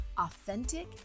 authentic